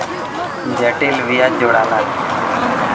जटिल बियाज जोड़ाला